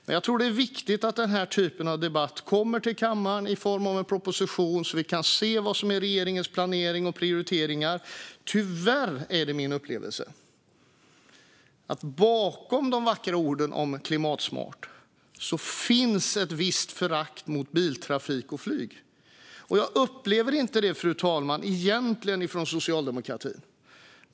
Men jag tror att det är viktigt att den här typen av debatt kommer till kammaren i form av en proposition så att vi kan se vad som är regeringens planering och prioriteringar. Tyvärr är det min upplevelse att det bakom de vackra orden om klimatsmart finns ett visst förakt mot biltrafik och flyg. Jag upplever det egentligen inte från socialdemokratin.